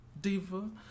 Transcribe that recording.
diva